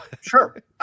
sure